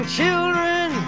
children